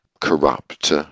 corrupt